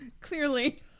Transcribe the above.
clearly